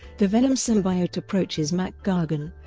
the venom symbiote approaches mac gargan,